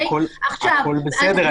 הכול בסדר.